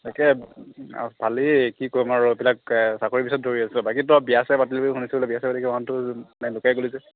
তাকে পালেই কি ক'ম আৰু এইবিলাক চাকৰিৰ পিছত দৌৰি আছোঁ বাকী তই বিয়া চিয়া পাতিলি বুলি শুনিছোঁ বিয়া চিয়া পাতি কিবা মানুহটো লুকাই গ'লি যে